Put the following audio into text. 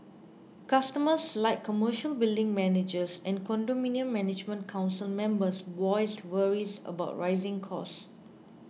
customers like commercial building managers and condominium management council members voiced worries about rising costs